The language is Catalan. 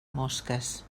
mosques